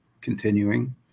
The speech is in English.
continuing